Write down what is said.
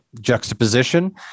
juxtaposition